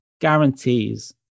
guarantees